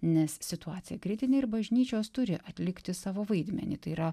nes situacija kritinė ir bažnyčios turi atlikti savo vaidmenį tai yra